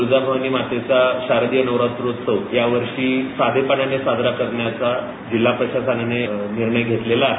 तुळजाभवानी मातेचा शारदीय नवरात्रौत्सव या वर्षी साधेपणानं साजरा करण्याचा जिल्हा प्रशासनाने निर्णय घेतलेला आहे